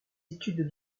études